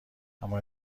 اما